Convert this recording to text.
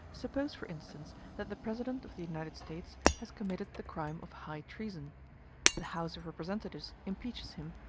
suppose, for instance, that the president of the united states has committed the crime of high treason the house of representatives impeaches him,